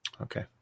Okay